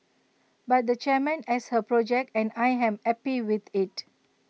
but the chairman has A project and I am happy with IT